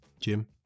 Jim